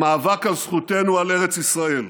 המאבק על זכותנו על ארץ ישראל.